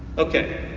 okay,